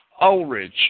Ulrich